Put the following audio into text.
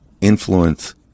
influence